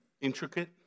intricate